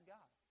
God